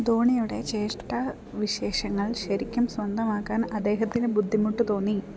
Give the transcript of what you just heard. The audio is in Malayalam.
ധോണിയുടെ ചേഷ്ടാവിശേഷങ്ങൾ ശരിക്കും സ്വന്തമാക്കാൻ അദ്ദേഹത്തിന് ബുദ്ധിമുട്ട് തോന്നി